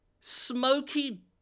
smoky